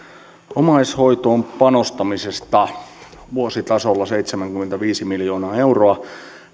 omaishoitoon panostamisesta vuositasolla seitsemänkymmentäviisi miljoonaa euroa